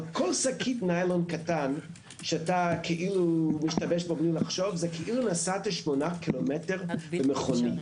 על כל שקית נילון קטנה זה כאילו נסעת 8 ק"מ במכונית.